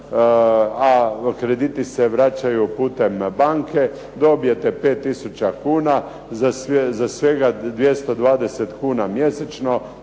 a krediti se vraćaju putem banke. Dobijete 5 tisuća kuna, za svega 220 kuna mjesečno,